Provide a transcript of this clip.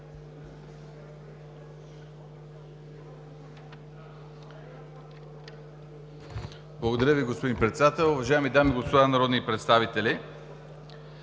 Благодаря Ви, господин Председател! Уважаеми дами и господа народни представители!